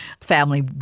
family